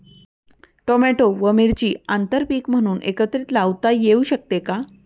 Tomato व मिरची आंतरपीक म्हणून एकत्रित लावता येऊ शकते का?